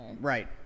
Right